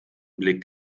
blick